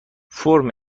فرم